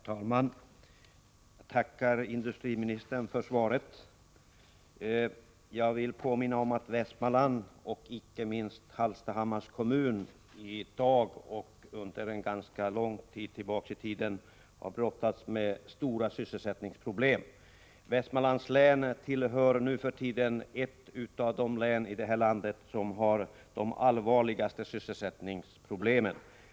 Herr talman! Jag tackar industriministern för svaret. Jag vill påminna om att Västmanlands län och icke minst Hallstahammars kommun i dag och sedan en ganska lång tid tillbaka har brottats med stora sysselsättningsproblem. Västmanlands län tillhör nu för tiden ett av de län i det här landet som har de allvarligaste sysselsättningsproblemen.